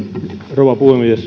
rouva puhemies